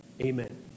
Amen